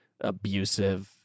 abusive